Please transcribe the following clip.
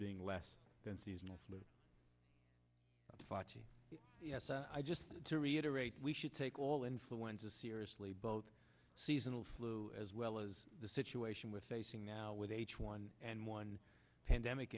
being less than seasonal flu fati yes i just to reiterate we should take all influenza seriously both seasonal flu as well as the situation with facing now with h one n one pandemic